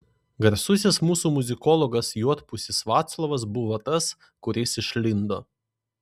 garsusis mūsų muzikologas juodpusis vaclovas buvo tas kuris išlindo